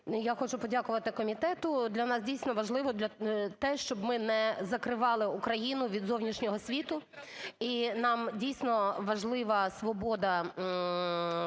Я хочу подякувати комітету, для нас дійсно важливо те, щоб ми не закривали Україну від зовнішнього світу і нам дійсно важлива свобода